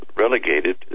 relegated